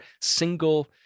single